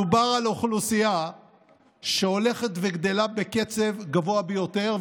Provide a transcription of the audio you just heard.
מדובר על אוכלוסייה שהולכת וגדלה בקצב גבוה ביותר.